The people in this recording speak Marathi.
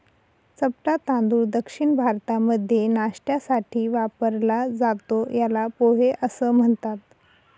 चपटा तांदूळ दक्षिण भारतामध्ये नाष्ट्यासाठी वापरला जातो, याला पोहे असं म्हणतात